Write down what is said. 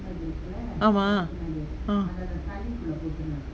(uh huh) ah